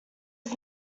was